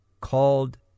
called